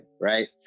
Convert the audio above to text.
right